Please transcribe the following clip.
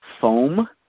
foam